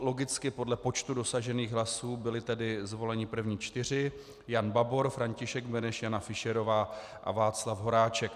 Logicky podle počtu dosažených hlasů byli tedy zvoleni první čtyři: Jan Babor, František Beneš, Jana Fischerová a Václav Horáček.